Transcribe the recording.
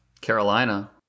Carolina